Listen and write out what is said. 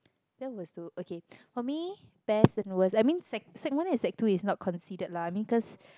that was too~ okay for me best and worst I mean sec~ sec-one and sec-two is not considered lah because